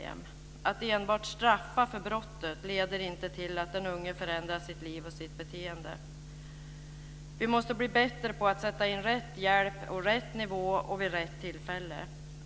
Att enbart straffa för brottet leder inte till att den unge förändrar sitt liv och sitt beteende. Vi måste bli bättre på att sätta in rätt hjälp på rätt nivå vid rätt tillfälle.